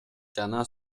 жана